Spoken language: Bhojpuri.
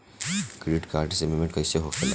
क्रेडिट कार्ड से पेमेंट कईसे होखेला?